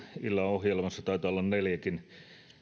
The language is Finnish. illan ohjelmassa taitaa olla neljäkin